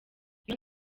iyo